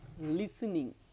listening